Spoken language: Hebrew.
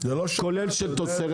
כולל של תוצרת